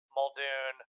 Muldoon